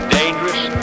dangerous